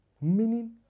Meaning